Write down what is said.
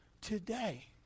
today